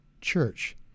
church